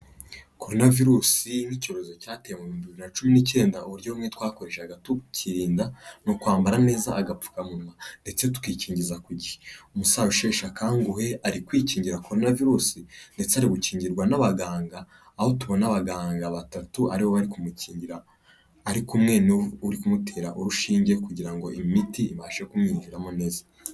Corona virus nk'icyorezo cyateye mu bihumbi bibiri na cumi n'iicyenda, uburyo bumwe twakoreshaga tukirinda, ni ukwambara neza agapfukamunwa ndetse tukikingiza ku gihe. Umusaza usheshe akanguhe, ari kwikingira Corona virus ndetse ari gukingirwa n'abaganga, aho tubona abaganga batatu aribo bari kumukinira, arikumwe n'uri kumutera urushinge, kugira ngo imiti ibashe kumwinjiramo neza.